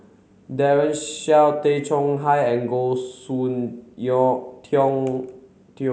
Daren Shiau Tay Chong Hai and Goh Soon Tioe